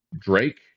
Drake